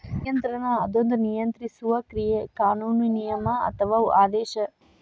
ನಿಯಂತ್ರಣ ಅದೊಂದ ನಿಯಂತ್ರಿಸುವ ಕ್ರಿಯೆ ಕಾನೂನು ನಿಯಮ ಅಥವಾ ಆದೇಶ